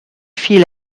fit